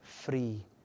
free